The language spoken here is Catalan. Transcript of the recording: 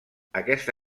aquesta